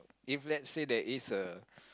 if let's say there is a